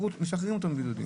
ומשחררים אותו מבידוד.